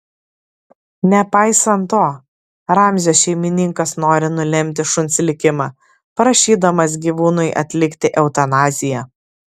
nepaisant to ramzio šeimininkas nori nulemti šuns likimą prašydamas gyvūnui atlikti eutanaziją